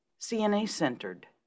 CNA-centered